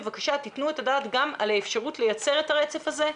בבקשה תיתנו את הדעת גם על האפשרות לייצר את הרצף הזה,